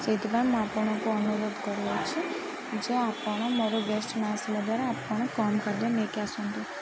ସେଇଥିପାଇଁ ମୁଁ ଆପଣଙ୍କୁ ଅନୁରୋଧ କରୁଅଛି ଯେ ଆପଣ ମୋର ଗେଷ୍ଟ୍ ନ ଆସିବା ଦ୍ୱାରା ଆପଣ କମ୍ ଖାଦ୍ୟ ନେଇକି ଆସନ୍ତୁ